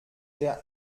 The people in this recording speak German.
der